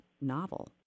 novel